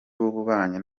w’ububanyi